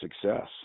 success